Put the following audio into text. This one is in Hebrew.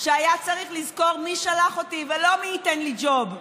כשהיה צריך לזכור מי שלח אותי ולא מי ייתן לי ג'וב?